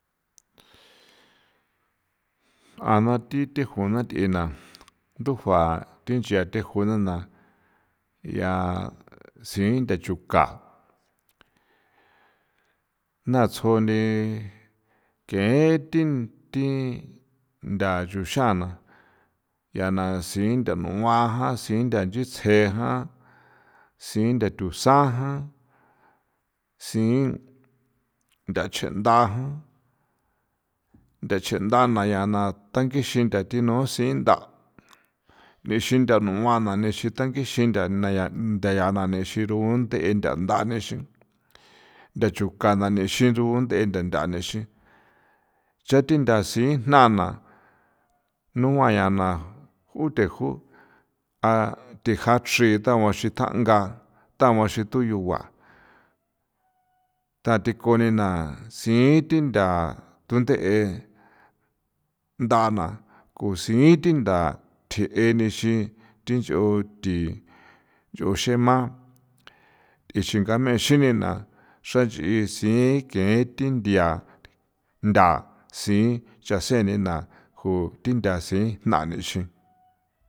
A na thi thejuna th'ina ndujua the nchia thejuna na ya sintha chuka na tsjoni ke thi thi ntha xuxana ya na sintha nua jan, sintha nchitsje jan, sintha thusan jan, sintha nchenda jan ntha chenda na ya na, thangixi ntha thino sintha nixin ntha nua na nixi thangixi ntha na ya ntha ya nane xirunde the nda nixi ntha chuka na nixi runth'e tha nixi chatin ntha si jna na nua ya na ju theju theja chri taguaxin thanga thaguaxin tuyugua ta thikuni na sithi ntha thu nde'e ndana kusithi ntha thi'e nixi thi nch'o thi nch'o xema thi xingamexi nina xran nch'i si ke thi nthia ntha si chasen nina ju thin ntha si jna nixi.